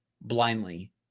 blindly